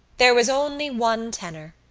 there was only one tenor.